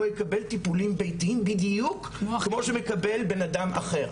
יקבל טיפולים ביתיים בדיוק כמו שמקבל בן-אדם אחר.